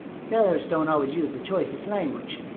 sailors don't always use the choicest language,